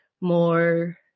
more